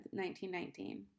1919